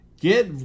Get